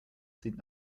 sind